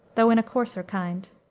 though in a coarser kind.